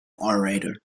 orator